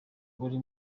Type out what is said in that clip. uri